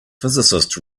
physicist